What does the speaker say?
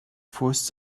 forced